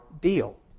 deal